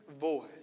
voice